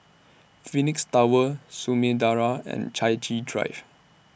Phoenix Tower Samudera and Chai Chee Drive